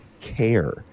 care